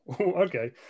okay